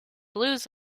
blues